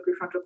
prefrontal